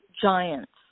giants